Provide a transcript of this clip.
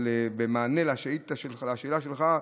במענה על השאלה שלך,